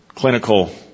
Clinical